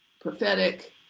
prophetic